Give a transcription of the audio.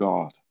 God